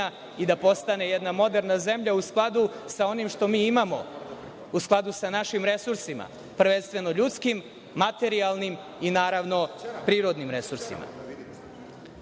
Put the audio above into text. i da postane jedna moderna zemlja u skladu sa onim što mi imamo, u skladu sa našim resursima, prvenstveno ljudskim, materijalnim i naravno prirodnim resursima. Moram